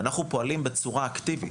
ואנחנו פועלים בצורה אקטיבית,